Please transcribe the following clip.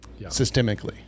systemically